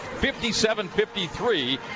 57-53